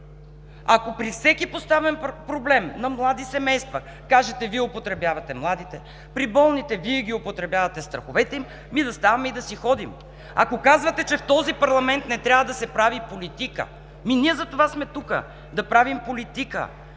Ако при всеки поставен проблем – на млади семейства, кажете: „Вие употребявате младите“; при болните – „Вие употребявате страховете им“, да ставаме и да си ходим. Ако казвате, че в този парламент не трябва да се прави политика – ние затова сме тук, да правим политика.